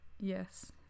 yes